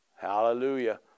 hallelujah